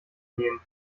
nehmen